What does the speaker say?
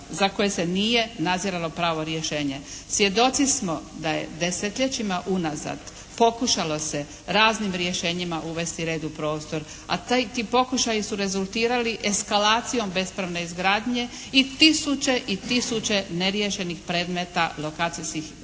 za koje se nije naziralo pravo rješenje. Svjedoci smo da je desetljećima unazad pokušalo se raznim rješenjima uvesti red u prostor, a ti pokušaji su rezultirali eskalacijom bespravne izgradnje i tisuće i tisuće neriješenih predmeta lokacijskih i